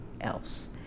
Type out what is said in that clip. else